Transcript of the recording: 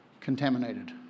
contaminated